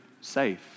safe